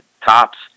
tops